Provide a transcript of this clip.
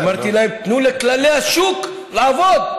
אמרתי: תנו לכללי השוק לעבוד.